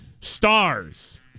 stars